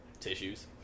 tissues